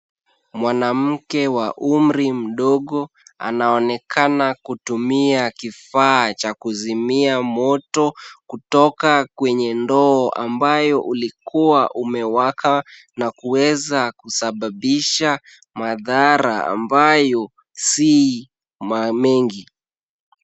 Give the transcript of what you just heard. Mwanamke wa umri mdogo, anaonekana kutumia kifaa cha kuzimia moto, kutoka kwenye ndoo ambayo ulikuwa umewaka na kuweza kusababaisha mathara ambayo si mengi.